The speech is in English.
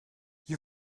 you